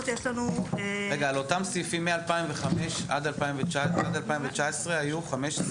על אותם סעיפים מ-2005 עד 2019 היו 19,